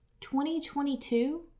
2022